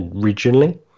originally